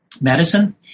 medicine